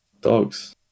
Dogs